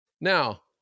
now